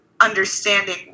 understanding